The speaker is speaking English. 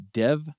dev